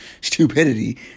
stupidity